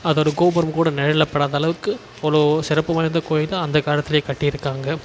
அதோட கோபுரம் கூட நிழல்ல படாத அளவுக்கு அவ்வளோ சிறப்பு வாய்ந்த கோவில் தான் அந்த காலத்தில் கட்டிருக்காங்க